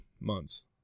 months